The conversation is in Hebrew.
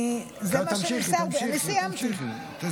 אני סיימתי.